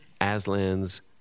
Aslan's